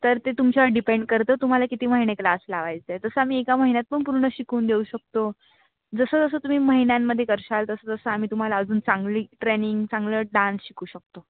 तर ते तुमच्यावर डिपेंड करतं तुम्हाला किती महिने क्लास लावायचं आहे तसं आम्ही एका महिन्यात पण पूर्ण शिकवून देऊ शकतो जसं जसं तुम्ही महिन्यांमध्ये कराल तसं जसं आम्ही तुम्हाला अजून चांगली ट्रेनिंग चांगलं डान्स शिकवू शकतो